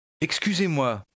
Excusez-moi